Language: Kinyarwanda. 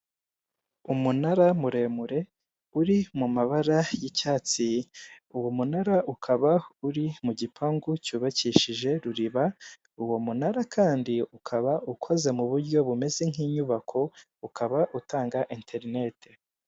Umunara mure mure uri mu mabara y'icyatsi, uwo munara ukaba uri mu gipangu cyubakishije ruriba, uwo munara kandi ukaba ukoze mu buryo bumeze nk'inyubako ukaba utanga enterinete.